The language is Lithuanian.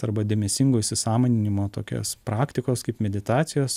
arba dėmesingo įsisąmoninimo tokios praktikos kaip meditacijos